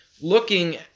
looking